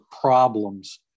problems